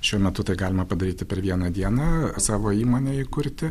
šiuo metu tai galima padaryti per vieną dieną savo įmonę įkurti